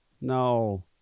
no